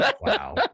Wow